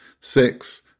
Six